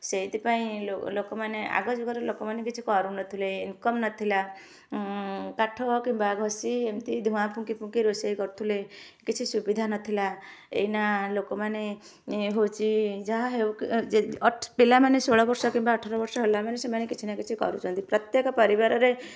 ସେଇଥିପାଇଁ ଲୋକମାନେ ଆଗ ଯୁଗର ଲୋକମାନେ କିଛି କରୁନଥିଲେ ଇନକମ ନଥିଲା କାଠ କିମ୍ବା ଘଷି ଏମତି ଧୂଆଁ ଫୁଙ୍କି ଫୁଙ୍କି ରୋଷେଇ କରୁଥୁଲେ କିଛି ସୁବିଧା ନଥିଲା ଏଇନା ଲୋକମାନେ ହଉଛି ଯାହା ହେଉ କେ ପିଲାମାନେ ଷୋହଳ ବର୍ଷ କିମ୍ବା ଅଠର ବର୍ଷ ହେଲା ମାନେ ସେମାନେ କିଛି ନା କିଛି କରୁଛନ୍ତି ପ୍ରତ୍ୟେକ ପରିବାରରେ